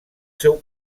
seu